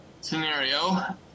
scenario